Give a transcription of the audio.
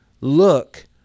look